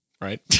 right